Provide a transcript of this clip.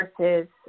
versus